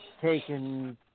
taken